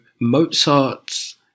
mozart's